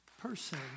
person